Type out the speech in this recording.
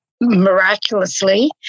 miraculously